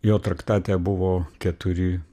jo traktate buvo keturi